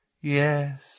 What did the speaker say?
Yes